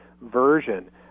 version